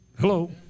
Hello